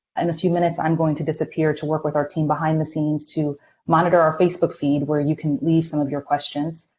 in a few minutes, i'm going to disappear to work with our team behind the scenes to monitor our facebook feed, where you can leave some of your questions.